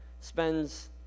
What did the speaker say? spends